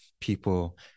people